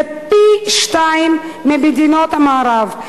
זה פי-שניים ממדינות המערב.